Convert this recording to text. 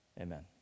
amen